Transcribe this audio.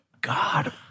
God